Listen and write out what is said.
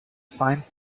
fine